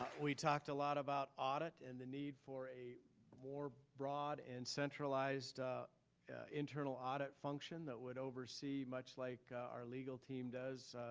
we talked a lot about audit and the need for a more broad and centralized internal audit function that would oversee, much like our legal team does,